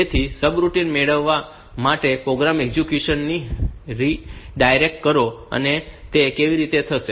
તેથી સબરૂટિન મેળવવા માટે પ્રોગ્રામ એક્ઝેક્યુશન ને રીડાયરેક્ટ કરો અને તે કેવી રીતે થશે